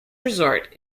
resort